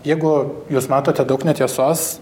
jeigu jūs matote daug netiesos